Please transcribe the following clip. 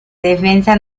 defensa